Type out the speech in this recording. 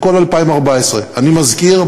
בכל 2014. אני מזכיר,